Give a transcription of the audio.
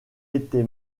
été